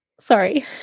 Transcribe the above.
Sorry